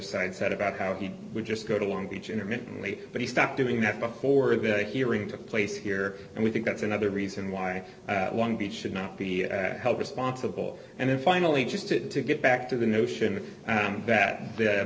side said about how he would just go to long beach intermittently but he stopped doing that before the hearing took place here and we think that's another reason why long beach should not be held responsible and then finally just to get back to the notion that